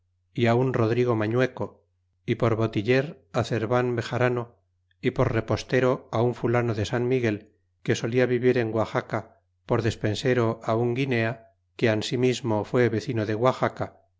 y un rodrigo manueco y por botiller cervan bejarano y por repostero un fulano de san miguel que solía vivir en guaxaea por despensero un guinea que ansimismo fué vecino de guaxaca